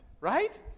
Right